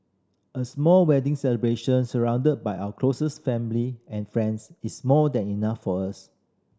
a small wedding celebration surrounded by our closest family and friends is more than enough for us